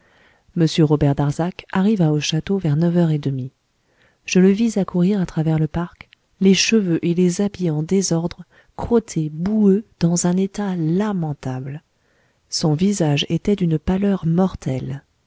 robert darzac arriva au château vers neuf heures et demie je le vis accourir à travers le parc les cheveux et les habits en désordre crotté boueux dans un état lamentable son visage était d'une pâleur mortelle